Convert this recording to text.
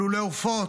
על לולי עופות,